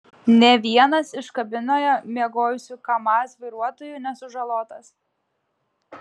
nė vienas iš kabinoje miegojusių kamaz vairuotojų nesužalotas